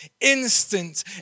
instant